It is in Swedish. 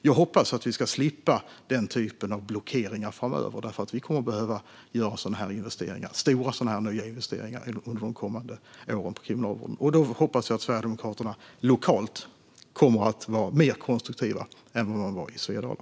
Jag hoppas att vi ska slippa den typen av blockeringar framöver därför att vi kommer att behöva göra sådana stora och nya investeringar under de kommande åren i Kriminalvården. Då hoppas jag att Sverigedemokraterna lokalt kommer att vara mer konstruktiva än vad de var i Svedala.